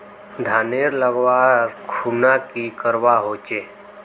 धानेर लगवार खुना की करवा होचे?